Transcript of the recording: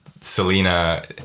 Selena